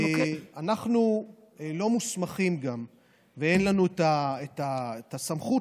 אנחנו גם לא מוסמכים ואין לנו את הסמכות